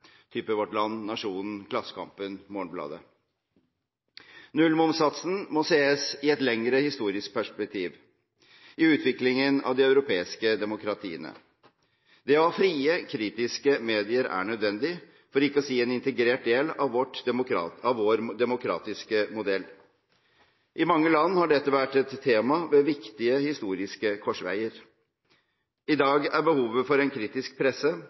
Vårt Land og Nationen, Klassekampen og Morgenbladet. Nullmomssatsen må ses i et lengre historisk perspektiv i utviklingen av de europeiske demokratiene. Det å ha frie, kritiske medier er en nødvendig, for ikke å si integrert, del av vår demokratiske modell. I mange land har dette vært et tema ved viktige historiske korsveier. I dag er behovet for en kritisk presse